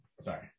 Sorry